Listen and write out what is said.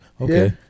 Okay